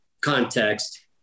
context